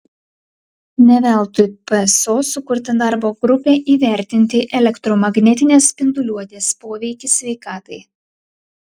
ne veltui pso sukurta darbo grupė įvertinti elektromagnetinės spinduliuotės poveikį sveikatai